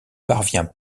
parvient